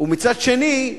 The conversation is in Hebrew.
ומצד שני,